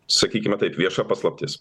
sakykime taip vieša paslaptis